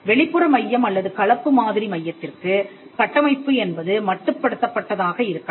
வெளிப்புற மையம் அல்லது கலப்பு மாதிரி மையத்திற்குக் கட்டமைப்பு என்பது மட்டுப்படுத்தப்பட்டதாக இருக்கலாம்